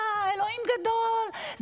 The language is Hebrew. אלוהים גדול,